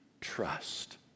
trust